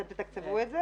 אתם תתקצבו את זה?